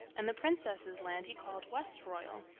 and the princess's land he called westroyal,